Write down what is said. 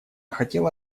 хотела